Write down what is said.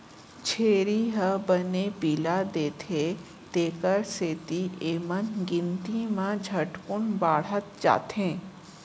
छेरी ह बने पिला देथे तेकर सेती एमन गिनती म झटकुन बाढ़त जाथें